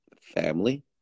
family